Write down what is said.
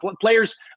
players